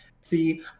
See